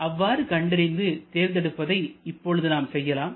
அவ்வாறு கண்டறிந்து தேர்ந்தெடுப்பதை இப்பொழுது செய்யலாம்